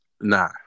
Nah